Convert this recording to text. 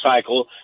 cycle